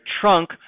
trunk